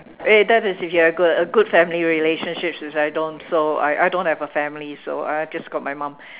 eh that is if you have good a good family relationship which I don't so I I don't have a family so I just got my mom